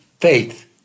faith